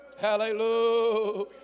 Hallelujah